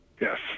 Yes